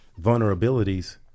vulnerabilities